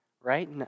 right